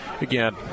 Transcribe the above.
Again